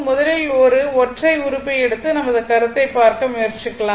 முதலில் ஒரு ஒற்றை உறுப்பை எடுத்து நமது கருத்தை பார்க்க முயற்சிக்கலாம்